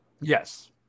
Yes